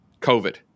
covid